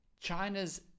China's